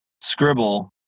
scribble